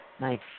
Nice